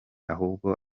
ahubwo